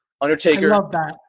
Undertaker